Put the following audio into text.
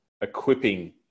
equipping